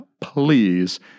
Please